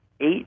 eight